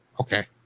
Okay